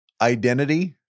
Identity